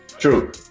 True